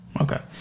Okay